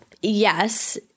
yes